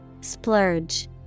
Splurge